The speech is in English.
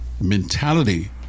mentality